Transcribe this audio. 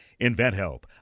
InventHelp